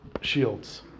shields